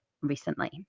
recently